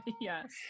Yes